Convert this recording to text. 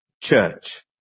Church